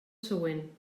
següent